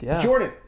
Jordan